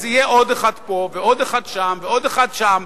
אז יהיה עוד אחד פה ועוד אחד שם ועוד אחד שם,